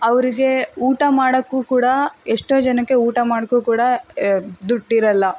ಅವ್ರಿಗೆ ಊಟ ಮಾಡೋಕ್ಕೂ ಕೂಡ ಎಷ್ಟೋ ಜನಕ್ಕೆ ಊಟ ಮಾಡಕ್ಕು ಕೂಡ ದುಡ್ಡು ಇರೋಲ್ಲ